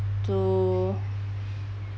to